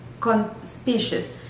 conspicuous